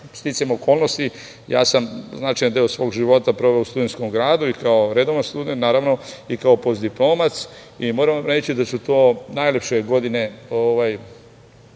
okolnosti, ja sam značajan deo svog života proveo u Studentskom gradu i kao redovan student naravno i kao postdiplomac i moram vam reći da su to najlepše godine